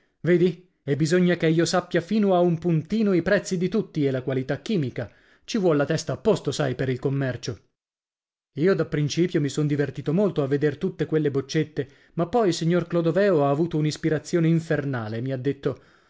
vedi e bisogna che io sappia fino a un puntino i prezzi di tutti e la qualità chimica ci vuol la testa a posto sai per il commercio io da principio mi son divertito molto a veder tutte quelle boccette ma poi il signor clodoveo ha avuto un'ispirazione infernale e mi ha detto